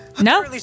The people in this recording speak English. No